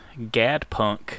gadpunk